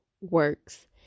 Works